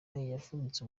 yavunitse